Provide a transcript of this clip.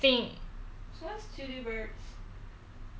I want to play the 那个叫什么